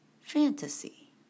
Fantasy